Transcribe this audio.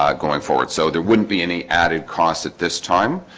um going forward so there wouldn't be any added cost at this time.